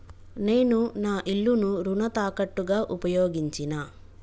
నేను నా ఇల్లును రుణ తాకట్టుగా ఉపయోగించినా